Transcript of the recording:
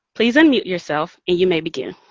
please unmute yourself, and you may begin.